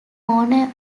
honour